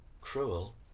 cruel